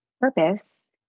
purpose